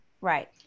Right